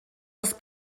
els